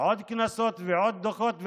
עוד קנסות ועוד דוחות,